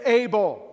able